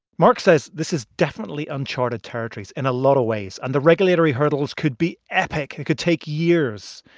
mark says this is definitely uncharted territory in a lot of ways, and the regulatory hurdles could be epic. it could take years.